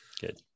Good